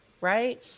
right